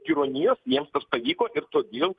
tironijos jiems tas pavyko ir todėl